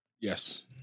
Yes